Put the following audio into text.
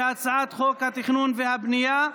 ההצעה להעביר את הצעת חוק התכנון והבנייה (תיקון,